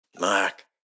Mark